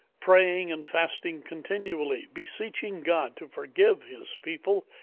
praying, and fasting continually, beseeching god to forgive his people,